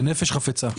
בנפש חפצה.